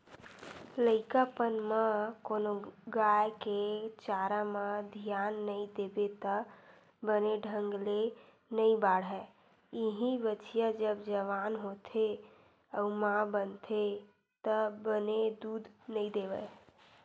लइकापन म कोनो गाय के चारा म धियान नइ देबे त बने ढंग ले नइ बाड़हय, इहीं बछिया जब जवान होथे अउ माँ बनथे त बने दूद नइ देवय